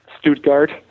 Stuttgart